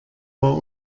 war